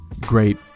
great